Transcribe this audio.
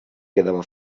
quedava